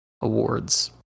awards